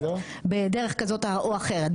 בדרך כזאת או אחרת,